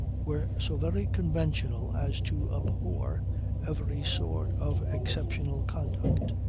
were so very conventional as to abhor every sort of exceptional conduct.